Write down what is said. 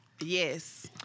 yes